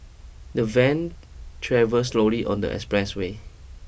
the van travelled slowly on the expressway